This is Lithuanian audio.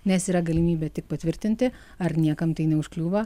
nes yra galimybė tik patvirtinti ar niekam tai neužkliūva